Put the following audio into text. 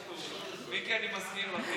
אני מזכיר לך,